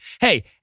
Hey